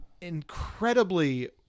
incredibly